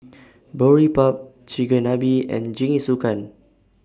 Boribap Chigenabe and Jingisukan